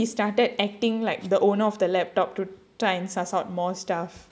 so he started acting like the owner of the laptop to try and sus out more stuff